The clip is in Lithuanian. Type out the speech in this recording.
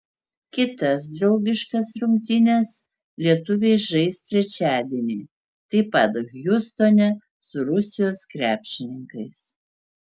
kitas draugiškas rungtynes lietuviai žais trečiadienį taip pat hjustone su rusijos krepšininkais